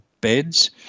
beds